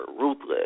ruthless